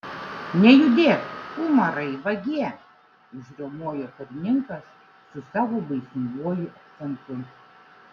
nejudėk umarai vagie užriaumojo karininkas su savo baisinguoju akcentu